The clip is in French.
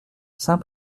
saint